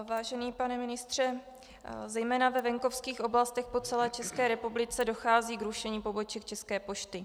Vážený pane ministře, zejména ve venkovských oblastech po celé České republice dochází k rušení poboček České pošty.